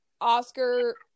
Oscar